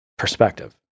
perspective